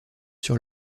sur